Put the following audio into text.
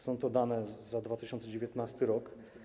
Są to dane za 2019 r.